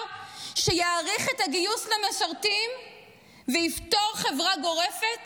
שיאריך את הגיוס למשרתים ויפטור חברה גורפת